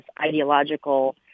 ideological